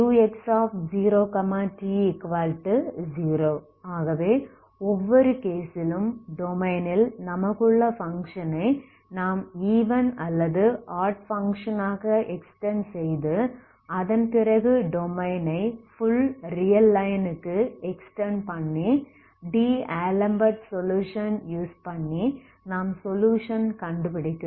ஆகவே u0t0 அல்லது ux0t0 ஆகவே ஒவ்வொரு கேஸிலும் டொமைனில் நமக்கு உள்ள பங்க்ஷன் ஐ நாம் ஈவன் அல்லது ஆட் பங்க்ஷன் ஆக எக்ஸ்டெண்ட் செய்து அதன் பிறகு டொமைனை ஃபுல் ரியல் லைன் க்கு எக்ஸ்டெண்ட் பண்ணி டி ஆலம்பெர்ட் சொலுயுஷன் யூஸ் பண்ணி நாம் சொலுயுஷன் கண்டுபிடிக்கிறோம்